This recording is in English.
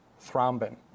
thrombin